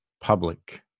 public